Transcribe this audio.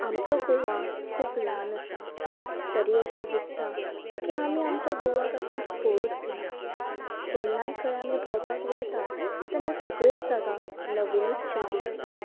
आमचो गोवा खूब ल्हान आसा तरीय अशें दिसता की आमी आमच्या गोवाक आजून पोळोत ना जेन्नाय खंय आमी भोंवपाक वयता तेन्ना सगळ्योत जागा नविनूत शे दिसता